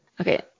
Okay